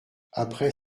après